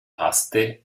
passte